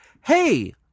Hey